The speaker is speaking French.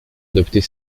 adopter